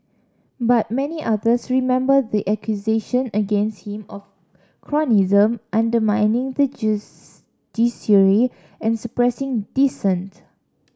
but many others remember the accusation against him of cronyism undermining the judiciary and suppressing dissent